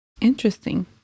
Interesting